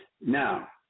Now